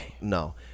no